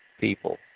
people